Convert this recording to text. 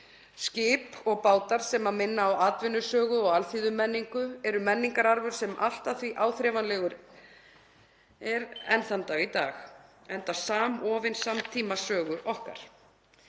Skip og bátar sem minna á atvinnusögu og alþýðumenningu eru menningararfur sem er allt að því áþreifanlegur enn þann dag í dag, enda samofin samtímasögu okkar.